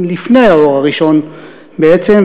לפני האור הראשון בעצם,